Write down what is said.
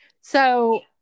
So-